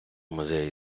музеї